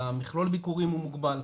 המכלול ביקורים הוא מוגבל,